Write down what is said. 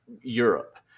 Europe